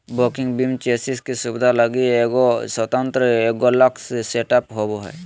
walking beam chassis की सुबिधा लगी एगो स्वतन्त्र एगोक्स्ल सेटअप होबो हइ